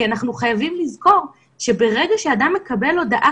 כי אנחנו חייבים לזכור שברגע שאדם מקבל הודעה